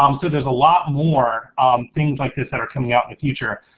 um so there's a lot more things like this that are coming out in the future,